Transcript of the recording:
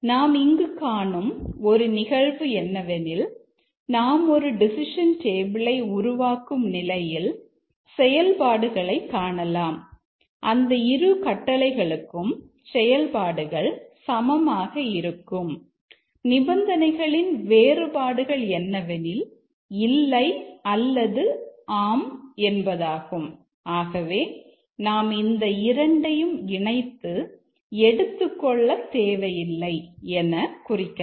நாம் இங்கு காணும் ஒரு நிகழ்வு என்னவெனில் நாம் ஒரு டெசிஷன் டேபிளை உருவாக்கலாம்